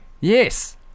Yes